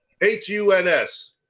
H-U-N-S